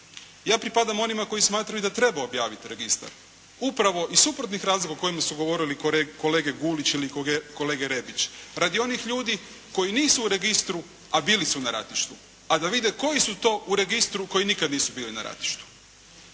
Ja pripadam onima koji smatraju da treba objaviti registar, upravo iz suprotnih razloga o kojima su govorili kolege Gulić ili kolege Rebić, radi onih ljudi koji nisu u registru, a bili su na ratištu a da vide koji su to u registru koji nikad nisu bili na ratištu.